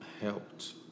helped